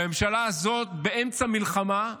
והממשלה הזאת, באמצע מלחמה,